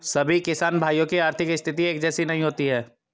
सभी किसान भाइयों की आर्थिक स्थिति एक जैसी नहीं होती है